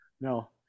No